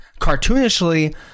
cartoonishly